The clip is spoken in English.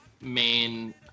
main